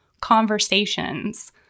conversations